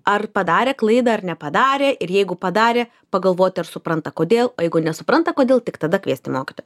ar padarė klaidą ar nepadarė ir jeigu padarė pagalvoti ar supranta kodėl o jeigu nesupranta kodėl tik tada kviesti mokytoją